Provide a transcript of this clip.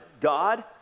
God